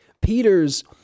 Peter's